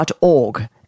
org